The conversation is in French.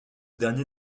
dernier